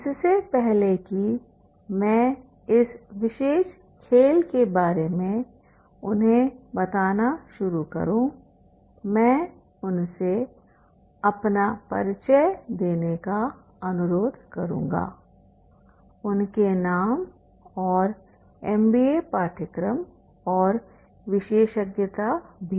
इससे पहले कि मैं इस विशेष खेल के बारे में उन्हें बताना शुरू करूं मैं उनसे अपना परिचय देने का अनुरोध करूंगा उनके नाम और एमबीए पाठ्यक्रम और विशेषज्ञता भी